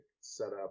setup